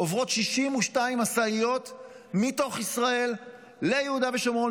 עוברות 62 משאיות מתוך ישראל ליהודה ושומרון,